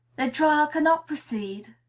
the trial cannot proceed,